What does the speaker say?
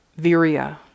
Viria